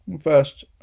first